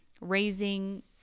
raising